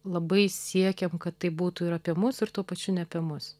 labai siekėm kad tai būtų ir apie mus ir tuo pačiu ne apie mus